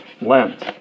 Lent